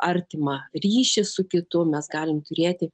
artimą ryšį su kitu mes galim turėti